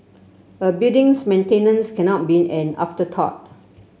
a building's maintenance cannot be an afterthought